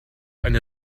eine